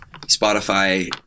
Spotify